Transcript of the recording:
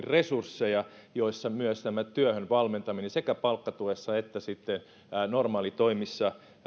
resursseja työllisyyspalveluihin joissa myös työhön valmentaminen sekä palkkatuessa että sitten normaalitoimissa